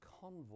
Convoy